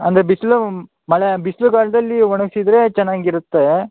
ಅಂದರೆ ಬಿಸಿಲು ಮಳೆ ಬಿಸಿಲುಗಾಲ್ದಲ್ಲಿ ಒಣಗಿಸಿದ್ರೆ ಚೆನ್ನಾಗಿರುತ್ತೇ